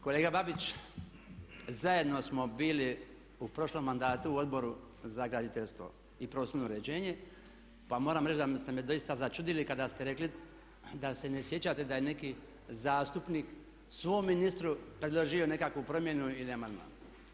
Kolega Babić zajedno smo bili u prošlom mandatu u Odboru za graditeljstvo i prostorno uređenje pa moram reći da ste me doista začudili kada ste rekli da se ne sjećate da je neki zastupnik svom ministru predložio nekakvu promjenu ili amandman.